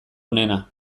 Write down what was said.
onena